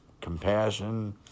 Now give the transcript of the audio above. Compassion